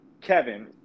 kevin